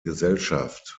gesellschaft